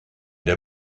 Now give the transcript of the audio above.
der